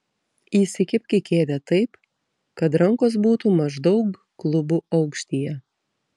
įsikibk į kėdę taip kad rankos būtų maždaug klubų aukštyje